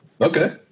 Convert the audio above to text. okay